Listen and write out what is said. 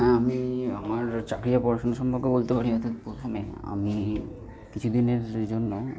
হ্যাঁ আমি আমার চাকরি বা পড়াশোনা সম্পর্কে বলতে পারি অর্থাৎ প্রথমে আমি কিছু দিনের জন্য